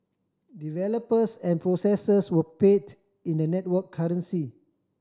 developers and processors were paid in the network currency